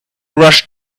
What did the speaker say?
rush